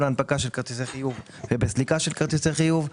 והנפקת כרטיסי חיוב ובסליקה של כרטיסי חיוב.